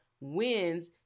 wins